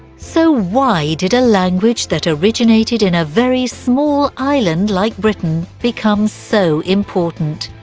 so why did a language that originated in a very small island like britain become so important?